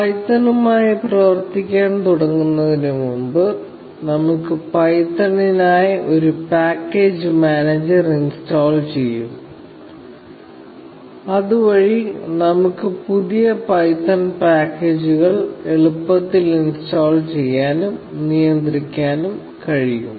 പൈത്തണുമായി പ്രവർത്തിക്കാൻ തുടങ്ങുന്നതിനുമുമ്പ് നമുക്ക് പൈത്തണിനായി ഒരു പാക്കേജ് മാനേജർ ഇൻസ്റ്റാൾ ചെയ്യണം അതുവഴി നമുക്ക് പുതിയ പൈത്തൺ പാക്കേജുകൾ എളുപ്പത്തിൽ ഇൻസ്റ്റാൾ ചെയ്യാനും നിയന്ത്രിക്കാനും കഴിയും